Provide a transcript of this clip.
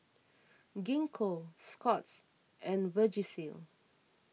Gingko Scott's and Vagisil